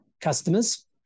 customers